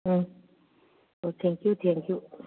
ꯎꯝ oh thank you ꯊꯦꯡꯀꯤꯌꯨ